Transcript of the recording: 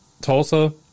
Tulsa